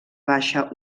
baixa